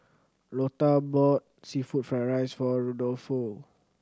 Lotta bought seafood fry rice for Rudolfo